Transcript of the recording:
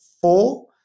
four